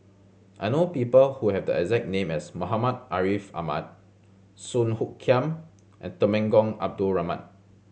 I know people who have the exact name as Muhammad Ariff Ahmad Song Hoot Kiam and Temenggong Abdul Rahman